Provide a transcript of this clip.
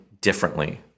Differently